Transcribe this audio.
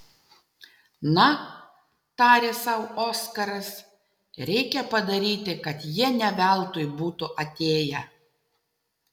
na tarė sau oskaras reikia padaryti kad jie ne veltui būtų atėję